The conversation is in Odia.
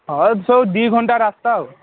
ହଁ ଦୁଇ ଘଣ୍ଟା ରାସ୍ତା ଆଉ